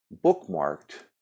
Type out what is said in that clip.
bookmarked